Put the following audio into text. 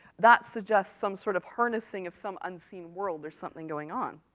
that suggests some sort of harnessing of some unseen world there's something going on.